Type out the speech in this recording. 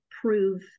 prove